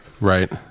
Right